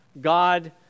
God